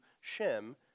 Shem